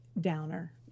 downer